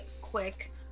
quick